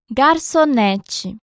garçonete